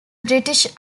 british